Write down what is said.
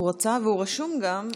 הוא רצה והוא רשום גם,